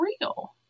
real